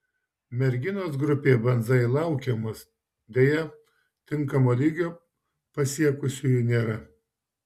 merginos grupėje banzai laukiamos deja tinkamo lygio pasiekusiųjų nėra